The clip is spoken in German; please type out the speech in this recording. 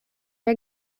der